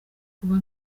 kuba